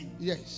Yes